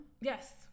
Yes